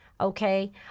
Okay